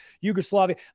Yugoslavia